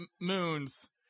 moons